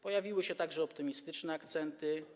Pojawiły się także optymistyczne akcenty.